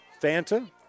Fanta